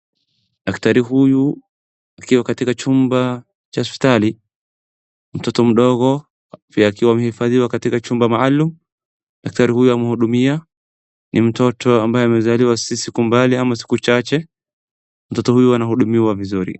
Daktari huyu akiwa katika chumba cha hospitali. Mtoto mdogo akiwa amehifadhiwa katika chumba maalum. Daktari huyo amhudumia. Ni mtoto ambaye amezaliwa si siku mbali ama siku chache. Mtoto huyu anahudumiwa vizuri.